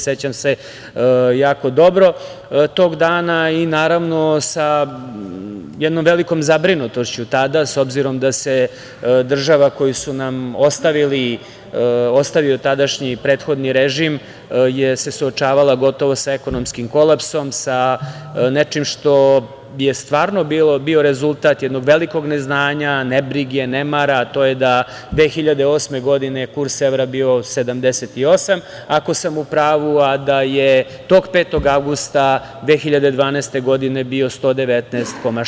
Sećam se jako dobro tog dana i naravno sa jednom velikom zabrinutošću tada, s obzirom da se država koju su nam ostavili, ostavio tadašnji prethodni režim se suočavala gotovo sa ekonomskim kolapsom, sa nečim što je stvarno bio rezultat jednog velikog neznanja, nebrige, nemara, a to je da 2008. godine je kurs evra bio 78, ako sam u pravu, a da je tog 5. avgusta 2012. godine bio 119,6.